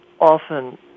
often